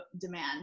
demand